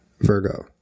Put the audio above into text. Virgo